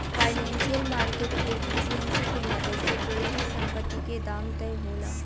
financial market efficiency के मदद से कोई भी संपत्ति के दाम तय होला